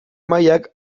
mailak